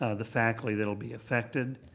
ah the faculty that will be affected.